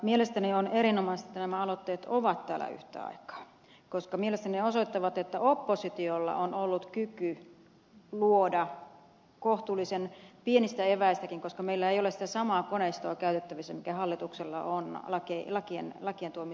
mielestäni on erinomaista että nämä aloitteet ovat täällä yhtä aikaa koska ne mielestäni osoittavat että oppositiolla on ollut kyky luoda muutosta kohtuullisen pienistä eväistäkin koska meillä ei ole sitä samaa koneistoa käytettävissä mikä hallituksella on lakien tuomiseen